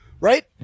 Right